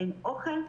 אין אוכל,